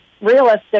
realistic